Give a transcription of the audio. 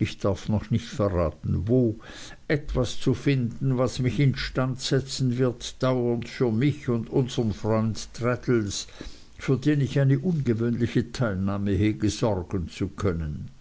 ich darf noch nicht verraten wo etwas zu finden was mich instand setzen wird dauernd für mich und unsern freund traddles für den ich eine ungewöhnliche teilnahme hege sorgen zu können